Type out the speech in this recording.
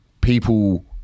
people